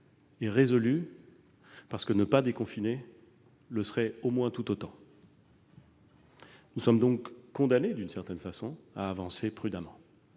et résolus, parce que ne pas déconfiner serait tout aussi risqué. Nous sommes donc condamnés, d'une certaine façon, à avancer prudemment.